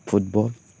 football